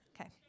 Okay